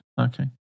Okay